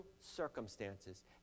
circumstances